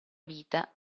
vita